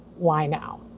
why now?